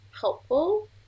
helpful